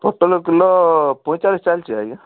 ପୋଟଳ କିଲୋ ପଇଁଚାଳିଶ ଚାଲିଛି ଆଜ୍ଞା